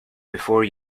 before